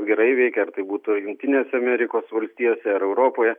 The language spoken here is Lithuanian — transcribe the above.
gerai veikia ar tai būtų jungtinės amerikos valstijose ar europoje